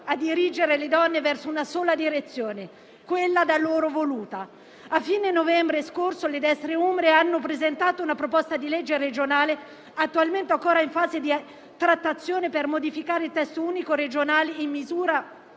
a dirigere le donne verso una sola direzione, quella da loro voluta. A fine novembre scorso le destre umbre hanno presentato una proposta di legge regionale, attualmente ancora in fase di trattazione, per modificare il testo unico regionale in materia